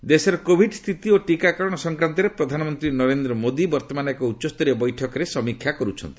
PM meeting ଦେଶରେ Covid ସ୍ଥିତି ଓ ଟିକାକରଣ ସଂକ୍ରାନ୍ତରେ ପ୍ରଧାନମନ୍ତ୍ରୀ ନରେନ୍ଦ୍ର ମୋଦି ବର୍ତ୍ତମାନ ଏକ ଉଚ୍ଚସ୍ତରୀୟ ବୈଠକରେ ସମୀକ୍ଷା କର୍ଚ୍ଚନ୍ତି